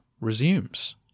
resumes